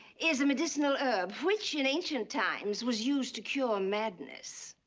is a medicinal herb which, in ancient times, was used to cure madness.